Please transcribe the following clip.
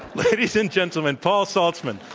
ladies and gentlemen, paul saltzman.